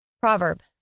Proverb